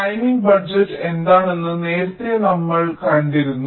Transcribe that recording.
timing budget എന്താണെന്ന് നേരത്തെ നമ്മൾ കണ്ടിരുന്നു